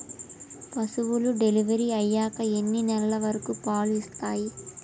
పశువులు డెలివరీ అయ్యాక ఎన్ని నెలల వరకు పాలు ఇస్తాయి?